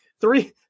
three